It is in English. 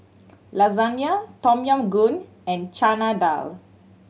Lasagna Tom Yam Goong and Chana Dal